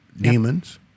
Demons